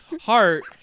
heart